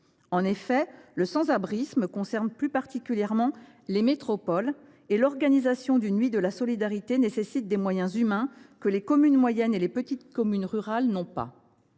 En effet, le sans abrisme concerne plus particulièrement les métropoles ; l’organisation d’une nuit de la solidarité nécessite des moyens humains que les petites et moyennes communes rurales n’ont pas.